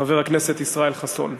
חבר הכנסת ישראל חסון.